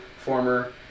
former